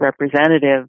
representative